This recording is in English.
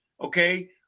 okay